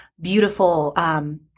beautiful